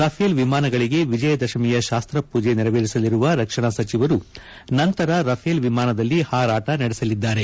Rafale ವಿಮಾನಗಳಿಗೆ ವಿಜಯದಶಮಿಯ ಶಾಸ್ತ್ರ ಪೂಜೆ ನೆರವೇರಿಸಲಿರುವ ರಕ್ಷಣಾ ಸಚಿವರು ನಂತರ ರಫೇಲ್ ವಿಮಾನದಲ್ಲಿ ಹಾರಾಟ ನಡೆಸಲಿದ್ದಾರೆ